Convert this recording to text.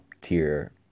tier